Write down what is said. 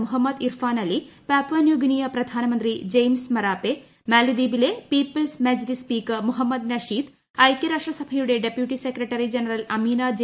Muhammad Irfaan Ali Papua New Guinea പ്രധാനമന്ത്രി James Marape മാലിദ്വീപിലെ People's Majlis speaker Mohamed Nasheed ഐകൃരാഷ്ട്രസഭയുടെ deputy secretary general Amina J